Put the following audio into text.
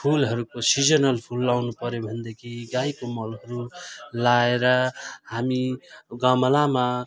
फुलहरूको सिजनल फुल लाउनुपर्यो भनेदेखि गाईको मलहरू लाएर हामी गमलामा